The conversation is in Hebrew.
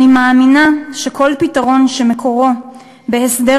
אני מאמינה שכל פתרון שמקורו בהסדר